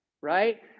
right